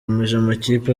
amakipe